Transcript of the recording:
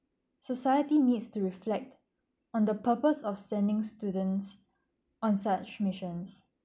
society needs to reflect on the purpose of sending students on such missions